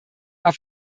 war